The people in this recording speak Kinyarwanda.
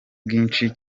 bwinshi